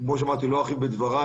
כמו שאמרתי, לא ארחיב בדבריי.